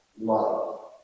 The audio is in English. love